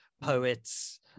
poets